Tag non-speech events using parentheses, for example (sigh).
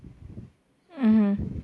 (breath) mm